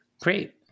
Great